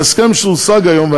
ההסכם שהושג היום,